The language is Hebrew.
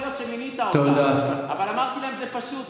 מינוי פוליטי ------ השופט מסכן --- הוצאת אותו מהבית.